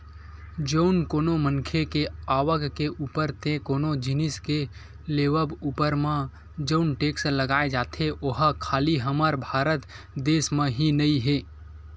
जउन कोनो मनखे के आवक के ऊपर ते कोनो जिनिस के लेवब ऊपर म जउन टेक्स लगाए जाथे ओहा खाली हमर भारत देस म ही नइ हे